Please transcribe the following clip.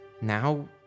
now